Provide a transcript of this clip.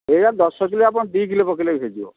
ସେଇଆ ଦଶ କିଲୋ ଆପଣ ଦୁଇ କିଲେ ପକେଇଲେ ବି ହୋଇଯିବ